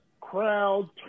crowd